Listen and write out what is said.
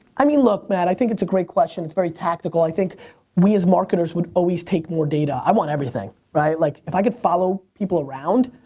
i mean look, matt, i think it's a great question, it's very tactical. i think we as marketers would always take more data. i want everything. right, like, if i could follow people around,